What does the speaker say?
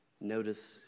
notice